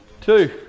two